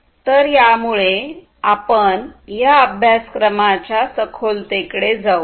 तर यामुळे आपण या अभ्यासक्रमाच्या सखोलतेकडे जाऊ